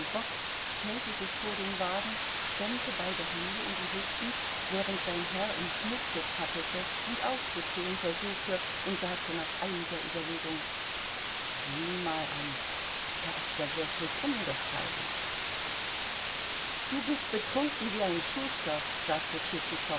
bock stellte sich vor den wagen stemmte beide hände in die hüften während sein herr im schmutze zappelte und aufzustehen versuchte und sagte nach einiger überlegung sieh mal an da ist er wirklich umgefallen du bist betrunken wie ein schuster sagte